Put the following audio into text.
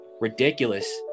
ridiculous